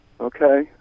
Okay